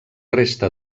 resta